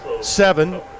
seven